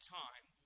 time